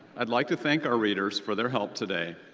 i'd like to thank our readers for their help today.